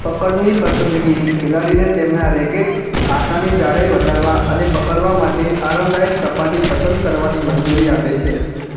પકડની પસંદગી ખેલાડીને તેમના રેકેટ હાથાની જાડાઈ વધારવા અને પકડવા માટે આરામદાયક સપાટી પસંદ કરવાની મંજૂરી આપે છે